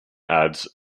ads